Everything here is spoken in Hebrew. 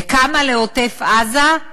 וכמה לעוטף-עזה?